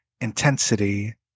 intensity